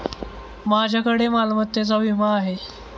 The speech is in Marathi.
माझ्याकडे मालमत्तेचा विमा आहे